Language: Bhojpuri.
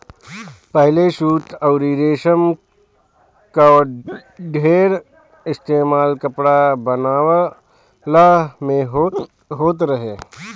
पहिले सूत अउरी रेशम कअ ढेर इस्तेमाल कपड़ा बनवला में होत रहे